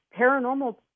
paranormal